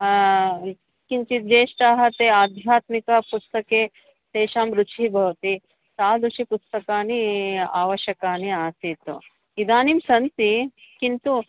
किञ्चित् ज्येष्ठाः ते आध्यात्मिकपुस्तके तेषां रुचिः भवति तादृशानि पुस्तकानि आवश्यकानि आसीत् इदानीं सन्ति किन्तु